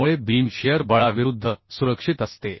त्यामुळे beam shear बळाविरूद्ध सुरक्षित असते